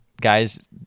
guys